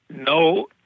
No